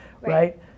Right